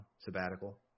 sabbatical